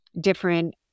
different